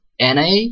NA